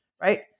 right